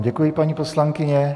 Děkuji vám, paní poslankyně.